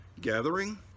gathering